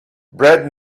bread